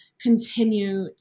continue